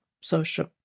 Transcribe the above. social